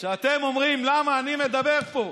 כשאתם שואלים למה אני מדבר פה,